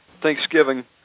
Thanksgiving